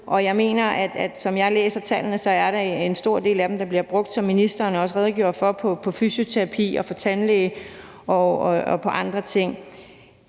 jeg mener, at der, som jeg læser tallene, er en stor del af dem, der bliver brugt, som ministeren også redegjorde for, på fysioterapi og på tandlæge og på andre ting.